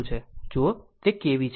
જુઓ કે તે કેવી છે